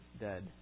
dead